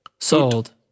Sold